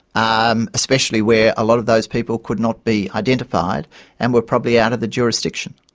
um especially where a lot of those people could not be identified and were probably out of the jurisdiction.